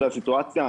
זו הסיטואציה.